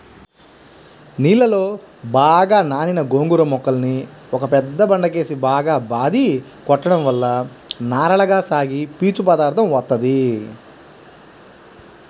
నీళ్ళలో బాగా నానిన గోంగూర మొక్కల్ని ఒక పెద్ద బండకేసి బాగా బాది కొట్టడం వల్ల నారలగా సాగి పీచు పదార్దం వత్తది